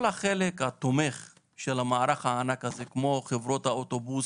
כל החלק התומך של המערך הזה כגון אוטובוסים